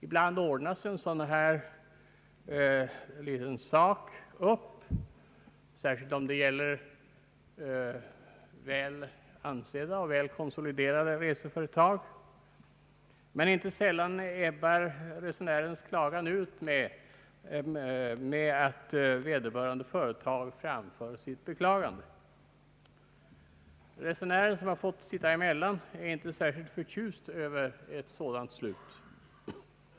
Ibland ordnas en sådan här liten sak upp, särskilt om det gäller väl ansedda och konsoliderade reseföretag. Inte sällan ebbar dock det hela ut med att vederbörande företag framför sitt beklagande. Resenären, som har fått sitta emellan, är emellertid inte särskilt förtjust över ett sådant slut.